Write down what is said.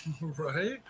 Right